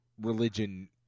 religion